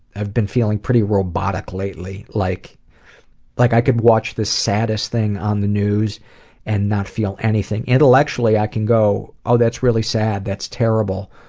i've been feeling pretty robotic lately, like like i could watch the saddest thing on the news and not feel anything. intellectually, i can go, oh, that's really sad, that's terrible',